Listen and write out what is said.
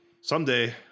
someday